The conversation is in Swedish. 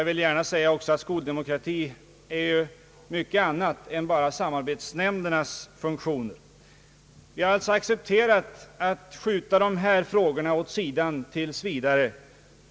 Vi har accepterat att skjuta dessa frågor framåt i tiden tills utredningen är klar.